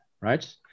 right